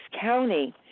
County